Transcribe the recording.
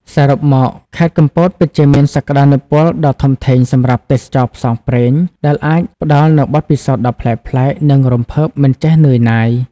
សរុបមក ខេត្តកំពតពិតជាមានសក្ដានុពលដ៏ធំធេងសម្រាប់ទេសចរណ៍ផ្សងព្រេង ដែលអាចផ្ដល់នូវបទពិសោធន៍ប្លែកៗ និងរំភើបមិនចេះនឿយណាយ។